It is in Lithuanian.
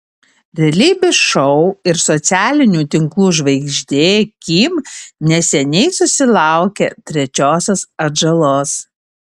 realybės šou ir socialinių tinklų žvaigždė kim neseniai susilaukė trečiosios atžalos